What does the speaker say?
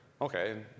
Okay